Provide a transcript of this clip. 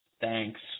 Thanks